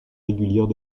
régulière